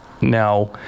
now